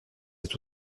des